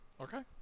okay